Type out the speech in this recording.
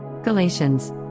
Galatians